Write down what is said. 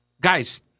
Guys